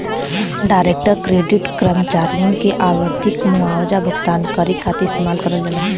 direct credit कर्मचारियन के आवधिक मुआवजा भुगतान करे खातिर इस्तेमाल करल जाला